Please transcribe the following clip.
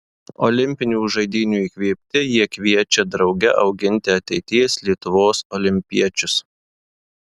olimpinių žaidynių įkvėpti jie kviečia drauge auginti ateities lietuvos olimpiečius